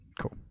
cool